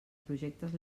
projectes